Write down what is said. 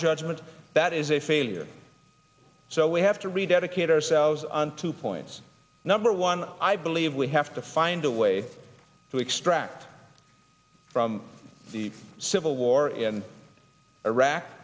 judgment that is a failure so we have to rededicate ourselves on two points number one i believe we have to find a way to extract from the civil war in iraq